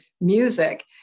music